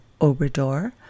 Obrador